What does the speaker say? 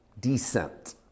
Descent